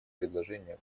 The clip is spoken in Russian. предложение